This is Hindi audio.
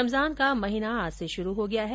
रमजान का महीना आज से शुरू हो गया है